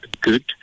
good